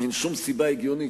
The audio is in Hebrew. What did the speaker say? אין שום סיבה הגיונית,